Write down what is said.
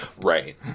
right